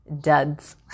duds